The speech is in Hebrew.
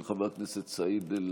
של חבר הכנסת סעיד אלחרומי,